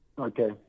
Okay